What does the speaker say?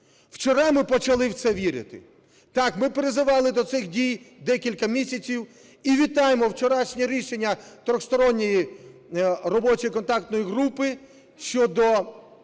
вчора ми почали в це вірити. Так, ми переживали до цих дій декілька місяців і вітаємо вчорашнє рішення Тристоронньої робочої контактної групи щодо